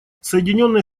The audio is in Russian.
соединенные